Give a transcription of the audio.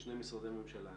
משני משרדי ממשלה.